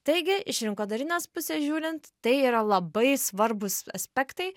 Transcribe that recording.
taigi iš rinkodarinės pusės žiūrint tai yra labai svarbūs aspektai